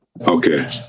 okay